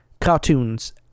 cartoons